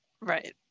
Right